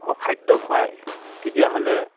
অখাদ্য খুৱায় তেতিয়াহ'লে